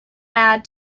add